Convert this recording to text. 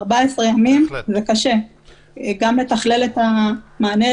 ב-14 ימים זה קשה גם לתכלל את המענה,